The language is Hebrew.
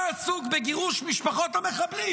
אתה עסוק בגירוש משפחות המחבלים,